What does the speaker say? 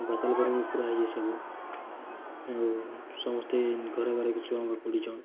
ବାତଲ ପରେ ବି ପୁରା ଇଏ ସବୁ ଆଉ ସମସ୍ତେ ଘର ଘର କେ ଛୁଆ ମାନେ ଖୋଲୁଛନ୍